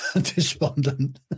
despondent